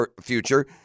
future